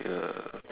ya